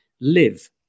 Live